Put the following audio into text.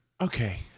Okay